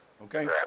Okay